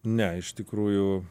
ne iš tikrųjų